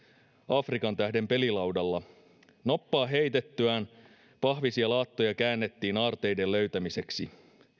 afrikan tähden pelilaudalla noppaa heitettyä pahvisia laattoja käännettiin aarteiden löytämiseksi